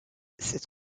cette